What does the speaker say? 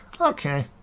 okay